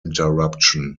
interruption